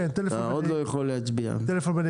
אני אגע בזה.